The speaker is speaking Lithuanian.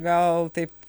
gal taip